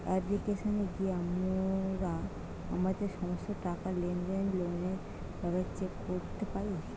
অ্যাপ্লিকেশানে গিয়া মোরা আমাদের সমস্ত টাকা, লেনদেন, লোনের ব্যাপারে চেক করতে পারি